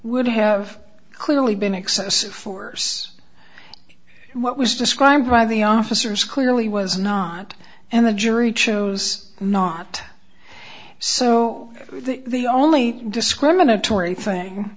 would have clearly been excessive force and what was described by the officers clearly was not and the jury chose not so the only discriminatory